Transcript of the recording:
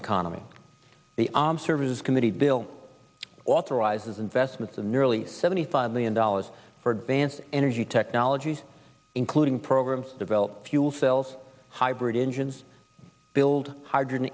economy the armed services committee bill authorizes investments of nearly seventy five million dollars for advanced energy technologies including programs developed fuel cells hybrid engines build hydr